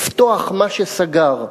לפתוח מה שסגר.